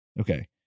Okay